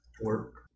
work